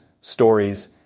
stories